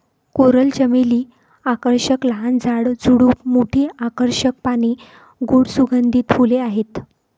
coral चमेली आकर्षक लहान झाड, झुडूप, मोठी आकर्षक पाने, गोड सुगंधित फुले आहेत